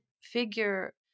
figure